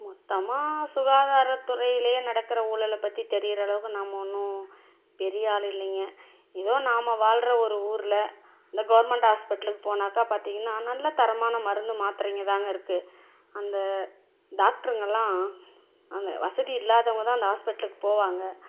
மொத்தமாக சுகாதாரத்துறையிலேயே நடக்கிற ஊழலைப் பற்றி தெரிகிற அளவுக்கு நம்ம ஒன்றும் பெரிய ஆளு இல்லைங்க ஏதோ நாம் வாழ்கிற ஒரு ஊரில் இந்தக் கவர்மெண்ட் ஹாஸ்பிட்டலுக்கு போனாக்கா பார்த்தீங்கன்னா நல்ல தரமான மருந்து மாத்திரைங்க தாங்க இருக்கு அந்த டாக்டருங்கல்லாம் அந்த வசதி இல்லாதவங்கதான் அந்த ஹாஸ்பிட்டலுக்கு போவாங்க